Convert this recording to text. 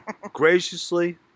Graciously